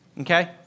okay